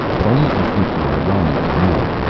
but only if you think you are well enough to move.